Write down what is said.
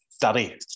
Daddy